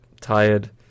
tired